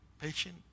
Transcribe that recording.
patient